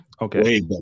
Okay